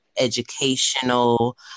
educational